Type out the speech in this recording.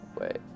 Wait